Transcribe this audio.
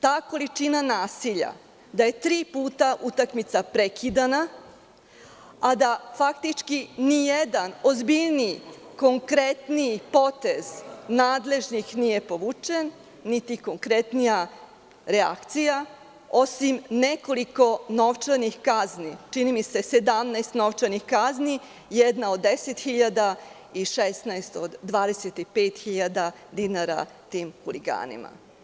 Ta količina nasilja, da je tri puta utakmica prekidana, a da faktički nijedan ozbiljniji, konkretniji potez nadležnih nije povučen, niti konkretnija reakcija, osim nekoliko novčanih kazni, čini mi se 17 novčanih kazni, jedna od 10.000 i 16 od 25.000 dinara tim huliganima.